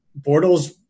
Bortles